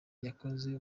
yakoze